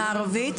הערבית.